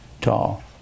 tall